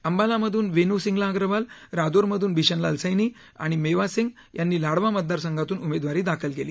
अंबालामधन वेण सिंगला अग्रवाल रादौरमधून बिशनलाल सैनी आणि मेवा सिंग यांनी लाडवा मतदारसंघातून उमेदवारी दाखल केली